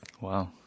Wow